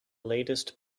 latest